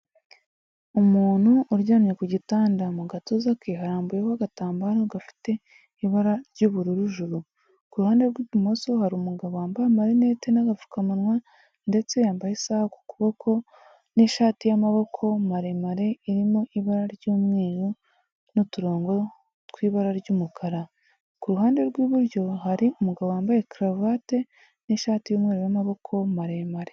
Umuntu uryamye ku gitanda, mu gatuza ke harambuyeho agatambaro gafite ibara ry'ubururu juru. Ku ruhande rw'ibumoso hari umugabo wambaye amarinete n'agapfukamunwa, ndetse yambaye isaha ku kuboko n'ishati y'amaboko maremare irimo ibara ry'umweru n'uturongo tw'ibara ry'umukara. Ku ruhande rw'iburyo hari umugabo wambaye karuvate n’ishati y'umweru y'amaboko maremare.